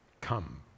Come